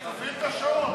תפעיל את השעון.